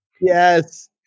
Yes